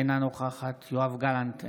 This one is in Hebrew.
אינה נוכחת יואב גלנט,